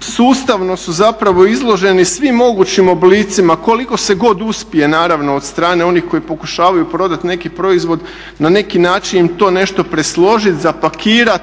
sustavnu su zapravo izloženi svim mogućim oblicima koliko se god uspije naravno od strane onih koji pokušavaju prodati neki proizvod na neki način to im to nešto presloži, zapakirat,